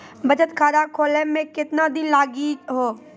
बचत खाता खोले मे केतना दिन लागि हो?